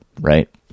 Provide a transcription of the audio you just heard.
right